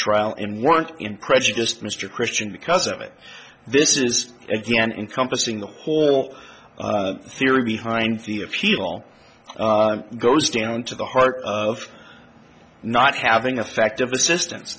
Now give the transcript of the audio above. trial and want him prejudiced mr christian because of it this is again encompassing the whole theory behind the appeal goes down to the heart of not having a fact of assistance